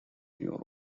europe